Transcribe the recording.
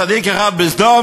צדיק אחד בסדום,